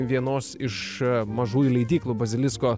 vienos iš mažųjų leidyklų bazilisko